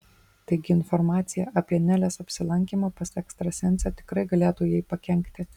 taigi informacija apie nelės apsilankymą pas ekstrasensę tikrai galėtų jai pakenkti